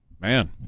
man